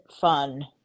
fun